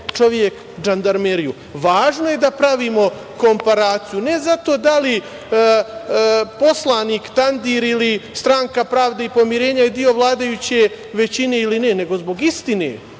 čovek Žandarmeriju. Važno je da pravimo komparaciju ne zato da li poslanik Tandir ili stranka Pravde i pomirenja je deo vladajuće većine ili ne, nego zbog istine.